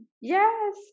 Yes